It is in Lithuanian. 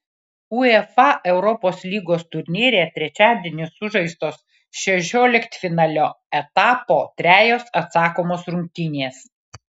uefa europos lygos turnyre trečiadienį sužaistos šešioliktfinalio etapo trejos atsakomos rungtynės